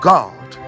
God